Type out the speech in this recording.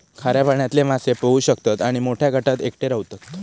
खाऱ्या पाण्यातले मासे पोहू शकतत आणि मोठ्या गटात एकटे रव्हतत